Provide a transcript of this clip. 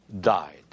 died